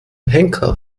henker